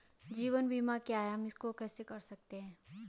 जीवन बीमा क्या है इसको हम कैसे कर सकते हैं?